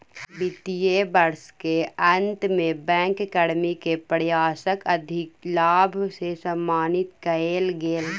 वित्तीय वर्ष के अंत में बैंक कर्मी के प्रयासक अधिलाभ सॅ सम्मानित कएल गेल